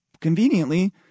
conveniently